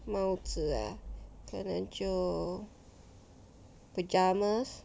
帽子 ah 可能就 pyjamas